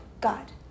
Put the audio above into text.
God